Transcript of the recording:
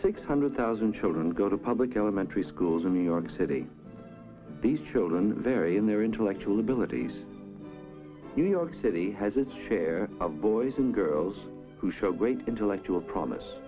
six hundred thousand children go to public elementary schools in new york city these children vary in their intellectual abilities city has its share of boys and girls who show great intellectual promise